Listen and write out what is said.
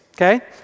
okay